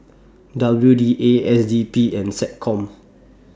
W D A S D P and Seccom